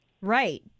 Right